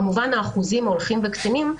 והאחוזים הולכים וקטנים,